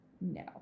No